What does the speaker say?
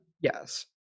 Yes